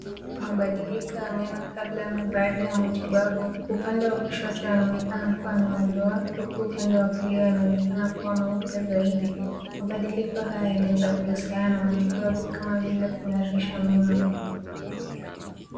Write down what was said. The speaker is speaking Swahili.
Mabadiliko ya meno kabla na baada ya matibabu. Upande wa kushoto yanaonekana kuwa na madoa huku upande wa kulia yanaonekana kuwa meupe zaidi. Mabadiliko haya yanaeza kuhusiana na matibabu kama vile kung'arisha meno.